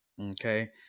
Okay